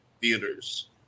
theaters